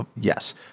yes